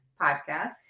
Podcast